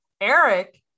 eric